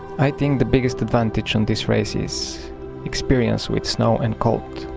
i think the biggest advantage in this race is experience with snow and cold.